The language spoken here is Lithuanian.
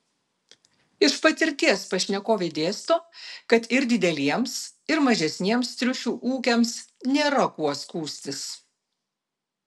iš patirties pašnekovė dėsto kad ir dideliems ir mažesniems triušių ūkiams nėra kuo skųstis